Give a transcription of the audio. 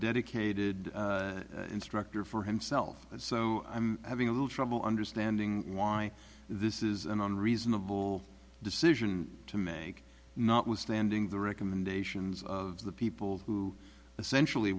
dedicated instructor for himself so i'm having a little trouble understanding why this is an unreasonable decision to make notwithstanding the recommendations of the people who essentially